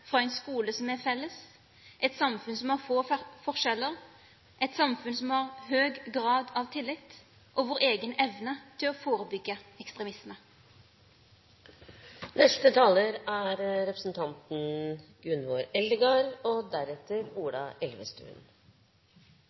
en skole som er felles, et samfunn som har få forskjeller, et samfunn som har høy grad av tillit, og vår egen evne til å forebygge ekstremisme. I går hadde Mohammed, som framleis er på Sunnaas, sin første køyretime. Det er sterkt og